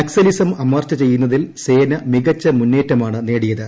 Naxalism അമർച്ച ചെയ്യുന്നതിൽ സേന മികച്ച മുന്നേറ്റമാണ് നേടിയത്